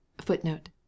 Footnote